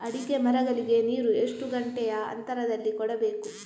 ಅಡಿಕೆ ಮರಗಳಿಗೆ ನೀರು ಎಷ್ಟು ಗಂಟೆಯ ಅಂತರದಲಿ ಕೊಡಬೇಕು?